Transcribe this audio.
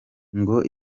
ngo